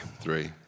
Three